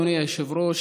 אדוני היושב-ראש,